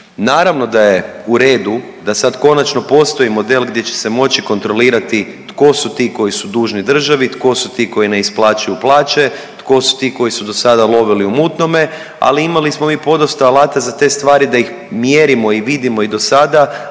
Naravno da je u redu da sad konačno postoji model gdje će se moći kontrolirati tko su ti koji su dužni državi, tko su ti koji ne isplaćuju plaće, tko su ti koji su dosada lovili u mutnome, ali imali smo mi podosta alata za te stvari da ih mjerimo i vidimo i dosada,